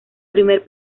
primer